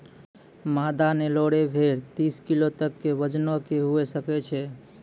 मादा नेल्लोरे भेड़ तीस किलो तक के वजनो के हुए सकै छै